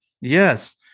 yes